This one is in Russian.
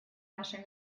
нашей